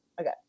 Okay